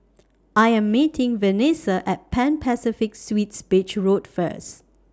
I Am meeting Venessa At Pan Pacific Suites Beach Road First